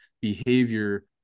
behavior